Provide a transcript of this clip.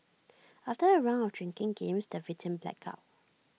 after A round of drinking games the victim blacked out